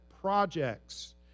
projects